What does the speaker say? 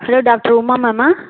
hello doctor Uma மேம்மா